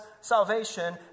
salvation